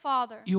Father